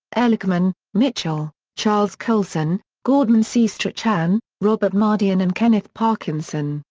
ehrlichman, mitchell, charles colson, gordon c. strachan, robert mardian and kenneth parkinson,